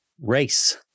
race